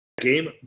game